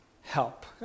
help